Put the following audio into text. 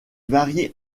varient